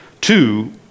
Two